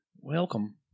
Welcome